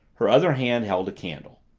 her other hand held a candle.